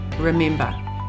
remember